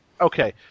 Okay